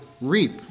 reap